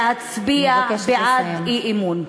לכן צריך להצביע בעד האי-אמון.